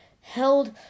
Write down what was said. held